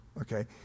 Okay